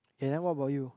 eh then what about you